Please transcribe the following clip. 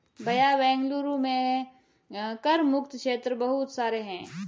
भैया बेंगलुरु में कर मुक्त क्षेत्र बहुत सारे हैं